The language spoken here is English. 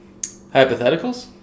Hypotheticals